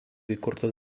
įkurtas